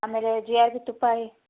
ಆಮೇಲೆ G R B ತುಪ್ಪ I